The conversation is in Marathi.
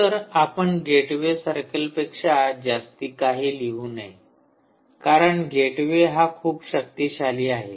खरेतर आपण गेटवे सर्कल पेक्षा जास्ती काही लिहू नये कारण गेटवे हा खूप शक्तिशाली आहे